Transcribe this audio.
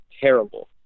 terrible